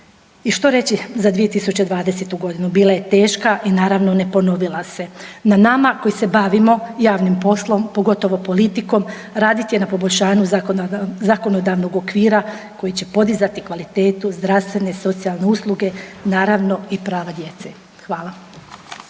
I što reći za 2020. godinu? Bila je teška i naravno ne ponovila se. Na nama koji se bavimo javnim poslom pogotovo politikom raditi na poboljšanju zakonodavnog okvira koji će podizati kvalitetu zdravstvene, socijalne usluge naravno i prava djece. Hvala.